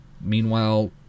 Meanwhile